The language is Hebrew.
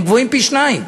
הם גבוהים פי-שניים.